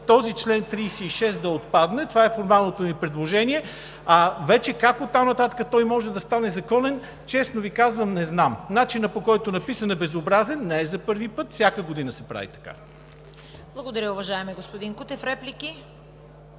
този чл. 36 да отпадне. Това е формалното ми предложение, а вече как оттам нататък той може да стане законен, честно Ви казвам, не знам. Начинът, по който е написан, е безобразен. Не е за първи път, всяка година се прави така. ПРЕДСЕДАТЕЛ ЦВЕТА КАРАЯНЧЕВА: Благодаря, уважаеми господин Кутев. Реплики?